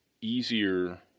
easier